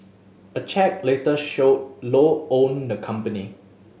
a check later showed Low owned the company